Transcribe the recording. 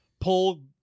pull